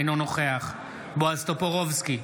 אינו נוכח בועז טופורובסקי,